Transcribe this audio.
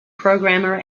programmer